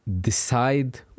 decide